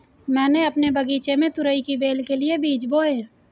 मैंने अपने बगीचे में तुरई की बेल के लिए बीज बोए